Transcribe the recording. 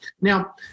Now